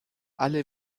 alle